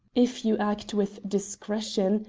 if you act with discretion,